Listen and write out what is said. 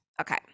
okay